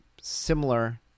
similar